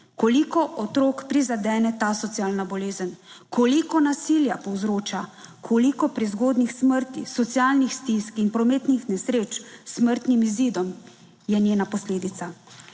koliko otrok prizadene ta socialna bolezen, koliko nasilja povzroča, koliko prezgodnjih smrti, socialnih stisk in prometnih nesreč s smrtnim izidom? Je njena posledica.